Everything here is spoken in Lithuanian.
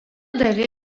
dalyje